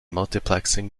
multiplexing